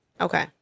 Okay